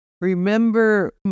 Remember